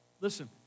listen